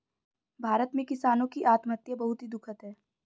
भारत में किसानों की आत्महत्या बहुत ही दुखद है